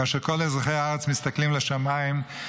כאשר כל אזרחי הארץ מסתכלים לשמיים,